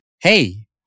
Hey